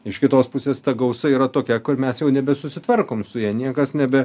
iš kitos pusės ta gausa yra tokia kur mes jau nebesusitvarkom su ja niekas nebe